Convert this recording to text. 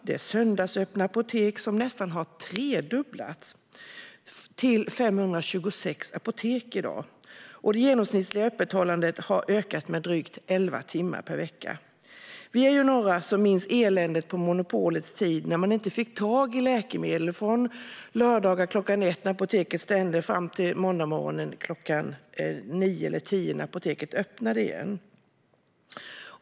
Antalet söndagsöppna apotek har nästan tredubblats till 526. Det genomsnittliga öppethållandet har ökat med drygt elva timmar per vecka. Vi är ju några som minns eländet på monopolets tid, då man inte fick tag i läkemedel från lördagar klockan ett, när apoteket stängde, fram till måndagsmorgonen klockan nio eller tio när apoteket öppnade igen.